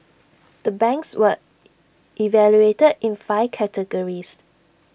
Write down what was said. the banks were evaluated in five categories